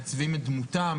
מעצבים את דמותם,